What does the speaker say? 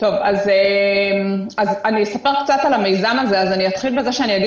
אני אספר קצת על המיזם הזה: אני אתחיל בזה שאני אגיד